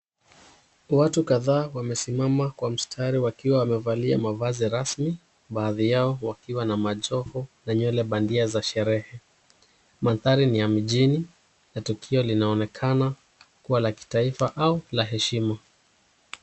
Watu kadhaa wamesimama kwa mstari wakiwa wamevalia mavazi rasmi baadhi yao wakiwa na majoho na nywele bandia za sherehe. Maanthari ni ya mjini na tukio linaonekana kuwa la kitaifa au la heshima.